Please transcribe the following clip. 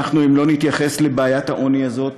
אם לא נתייחס לבעיית העוני הזאת